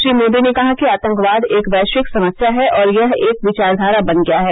श्री मोदी ने कहा कि आतंकवाद एक वैश्विक समस्या है और यह एक विचारधारा बन गया है